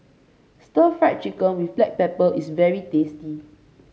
Stir Fried Chicken with Black Pepper is very tasty